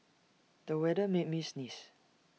the weather made me sneeze